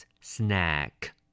Snack